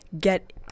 get